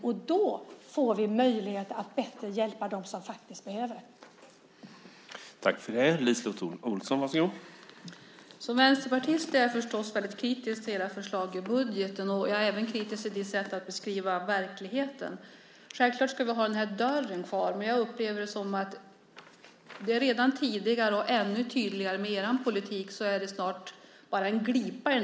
Då får vi också bättre möjligheter att hjälpa dem som faktiskt behöver det.